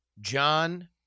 John